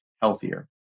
healthier